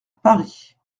paris